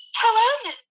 Hello